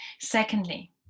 Secondly